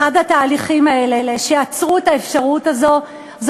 אחד מהתהליכים האלה שעצרו את האפשרות הזו הוא